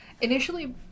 Initially